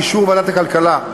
באישור ועדת הכלכלה,